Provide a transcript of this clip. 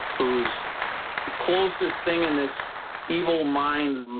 who's closest thing in this evil mind,